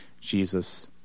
Jesus